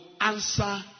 answer